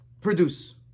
produce